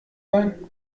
sein